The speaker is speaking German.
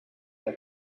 der